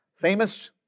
Famous